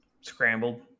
scrambled